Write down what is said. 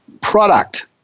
product